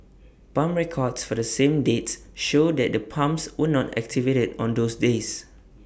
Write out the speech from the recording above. pump records for the same dates show that the pumps were not activated on those days